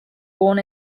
born